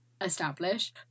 establish